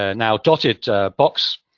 ah now dotted box,